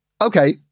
okay